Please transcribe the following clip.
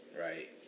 right